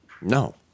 No